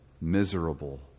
miserable